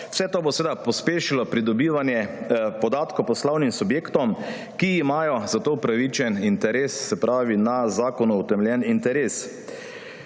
Vse to bo seveda pospešilo pridobivanje podatkov poslovnim subjektom, ki imajo za to upravičen interes, se pravi z zakonom utemeljen interes.